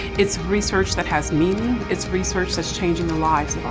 it's research that has meaning. it's research that's changing the lives